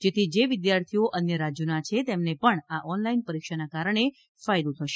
જેથી જે વિદ્યાર્થીઓ અન્ય રાજ્યોના છે તેમને પણ આ ઓનલાઈન પરીક્ષાના કારણે ફાયદો થશે